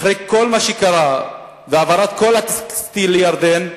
אחרי כל מה שקרה והעברת כל הטקסטיל לירדן,